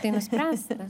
tai nuspręsta